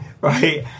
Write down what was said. right